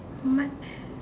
March